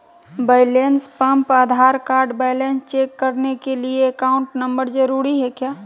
Balance pump Aadhaar card balance check करने के लिए अकाउंट नंबर जरूरी है क्या?